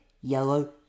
yellow